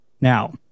Now